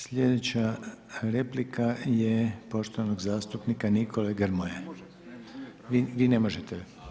Slijedeća replika je poštovanog zastupnika Nikole Grmoje. … [[Upadice sa strane, ne razumije se.]] Vi ne možete.